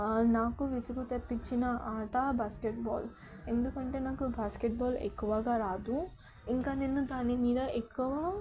నాకు విసుగు తెప్పించిన ఆట బాస్కెట్బాల్ ఎందుకంటే నాకు బాస్కెట్బాల్ ఎక్కువగా రాదు ఇంకా నేను దాని మీద ఎక్కువ